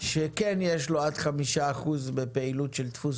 שכן יש לו עד חמישה אחוזים בפעילות של דפוס